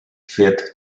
fährt